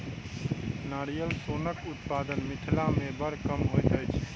नारियल सोनक उत्पादन मिथिला मे बड़ कम होइत अछि